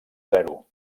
zero